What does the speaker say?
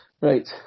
Right